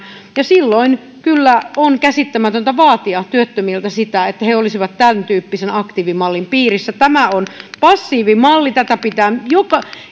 ja silloin kyllä on käsittämätöntä vaatia työttömiltä sitä että he olisivat tämäntyyppisen aktiivimallin piirissä tämä on passiivimalli tätä pitää